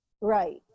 Right